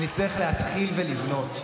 הוא שנצטרך להתחיל לבנות.